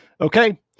Okay